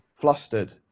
flustered